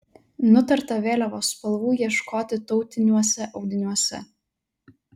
nutarta vėliavos spalvų ieškoti tautiniuose audiniuose